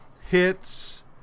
hits